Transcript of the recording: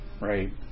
Right